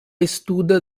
estuda